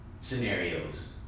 scenarios